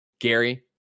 gary